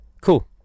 cool